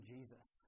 Jesus